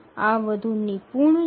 આ વધુ નિપુણ છે